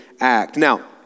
Now